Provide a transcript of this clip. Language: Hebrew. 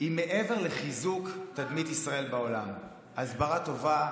היא מעבר לחיזוק תדמית ישראל בעולם; הסברה טובה,